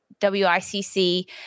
WICC